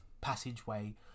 passageway